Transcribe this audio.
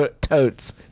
Totes